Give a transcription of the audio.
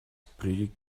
pretty